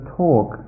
talk